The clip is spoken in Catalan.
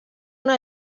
una